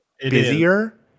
busier